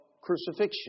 crucifixion